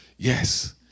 Yes